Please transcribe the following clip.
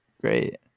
great